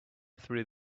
through